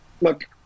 Look